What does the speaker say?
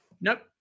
Nope